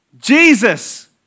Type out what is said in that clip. Jesus